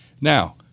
Now